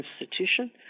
institution